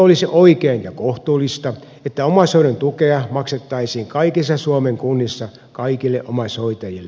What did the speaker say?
eikö olisi oikein ja kohtuullista että omaishoidon tukea maksettaisiin kaikissa suomen kunnissa kaikille omaishoitajille